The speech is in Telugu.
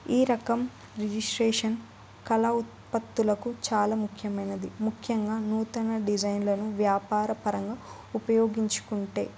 ఈ రకం రిజిస్ట్రేషన్ కళ ఉత్పత్తులకు చాలా ముఖ్యమైనది ముఖ్యంగా నూతన డిజైన్లను వ్యాపార పరంగా ఉపయోగించుకుంటే